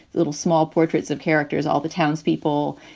little small portraits of characters, all the townspeople.